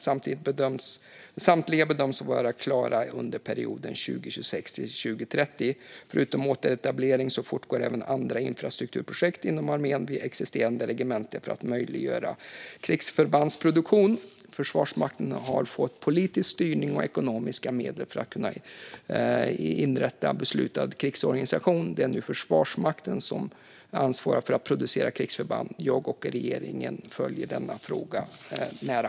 Samtliga bedöms vara klara under perioden 2026-2030. Förutom återetablering fortgår andra infrastrukturprojekt inom armén vid existerande regementen för att möjliggöra krigsförbandsproduktion. Försvarsmakten har fått politisk styrning och ekonomiska medel för att kunna inrätta beslutad krigsorganisation. Det är nu Försvarsmaktens ansvar att producera krigsförbanden. Jag och regeringen följer denna fråga nära.